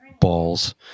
balls